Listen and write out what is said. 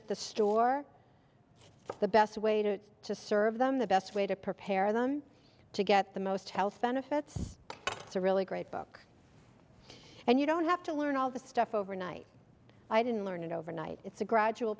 at the store the best way to just serve them the best way to prepare them to get the most health benefits it's a really great book and you don't have to learn all the stuff overnight i didn't learn it overnight it's a gradual